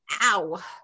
ow